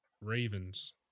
Ravens